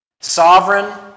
sovereign